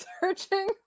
searching